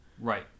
Right